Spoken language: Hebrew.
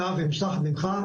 אתה ומשלחת ממך,